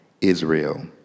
Israel